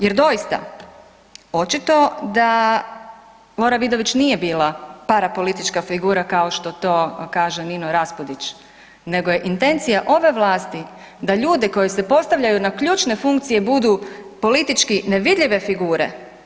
Jer doista, očito da Lora Vidović nije bila parapolitička figura kao što to kaže Nino Raspudić, nego je intencija ove vlasti da ljude koji se postavljaju na ključne funkcije budu politički nevidljive figure.